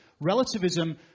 Relativism